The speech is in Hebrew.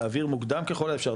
להעביר מוקדם ככל האפשר,